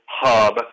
hub